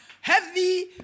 heavy